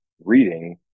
reading